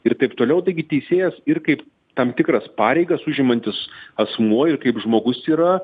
ir taip toliau taigi teisėjas ir kaip tam tikras pareigas užimantis asmuo ir kaip žmogus yra